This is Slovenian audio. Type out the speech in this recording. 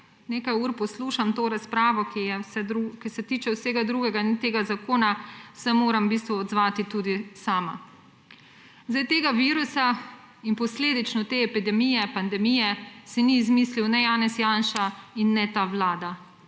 nekaj ur poslušam to razpravo, ki se tiče vsega drugega in tega zakona, se moram v bistvu odzvati tudi sama. Tega virusa in posledično te epidemije, pandemije, si ni izmislil ne Janez Janša in ne ta vlada.